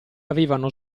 avevano